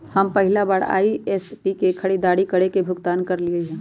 हम पहिला बार आई.एम.पी.एस से खरीदारी करके भुगतान करलिअई ह